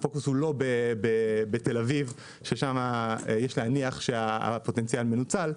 הפוקוס הוא לא בתל-אביב ששם יש להניח שהפוטנציאל מנוצל,